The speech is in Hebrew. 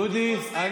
דודי, תודה.